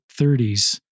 30s